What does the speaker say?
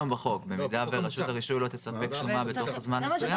במידה ורשות הרישוי לא תספק שומה בתוך זמן מסוים